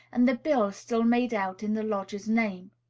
and the bills still made out in the lodgers' names.